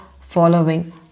following